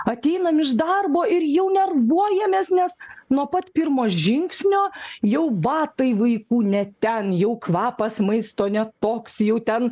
ateinam iš darbo ir jau nervuojamės nes nuo pat pirmo žingsnio jau batai vaikų ne ten jau kvapas maisto ne toks jau ten